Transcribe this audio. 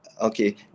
Okay